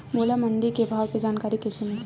मोला मंडी के भाव के जानकारी कइसे मिलही?